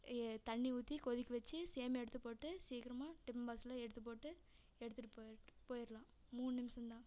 தண்ணி ஊற்றி கொதிக்க வச்சு சேமியா எடுத்து போட்டு சீக்கிரமாக டிபன் பாக்ஸில் எடுத்து போட்டு எடுத்துகிட்டு போயிட் போயிடலாம் மூணு நிமிஷம்தான்